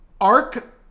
Arc